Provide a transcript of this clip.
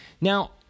Now